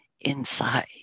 inside